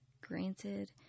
granted